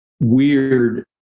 weird